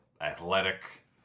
athletic